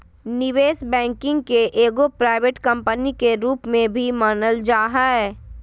निवेश बैंकिंग के एगो प्राइवेट कम्पनी के रूप में भी मानल जा हय